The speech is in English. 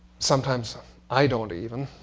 sometimes i don't, even,